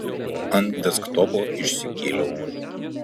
ant desktopo išsikėliau